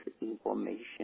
information